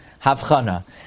Havchana